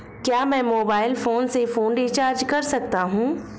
क्या मैं mobile phone से फोन रिचार्ज कर सकता हूं?